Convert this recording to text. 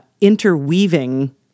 interweaving